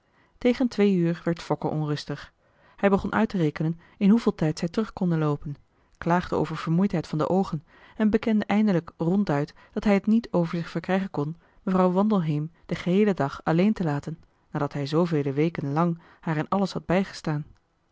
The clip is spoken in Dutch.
tegen twee uur werd fokke onrustig hij begon uitterekenen in hoeveel tijd zij terug konden loopen klaagde over vermoeidheid van de oogen en bekende eindelijk ronduit dat hij t niet over zich verkrijgen kon mevrouw wandelheem den geheelen dag alleen te laten nadat hij zoovele weken lang haar in alles had bijgestaan